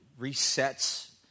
resets